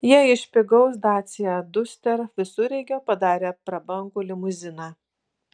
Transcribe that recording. jie iš pigaus dacia duster visureigio padarė prabangų limuziną